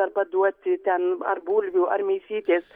arba duoti ten ar bulvių ar mėsytės